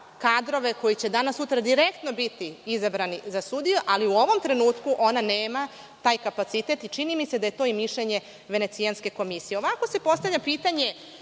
kadrove koji će danas-sutra, direktno biti izabrani za sudiju, ali u ovom trenutku ona nema taj kapacitet i čini mi se da je to i mišljenje Venecijanske komisije. Ovako se postavlja pitanje,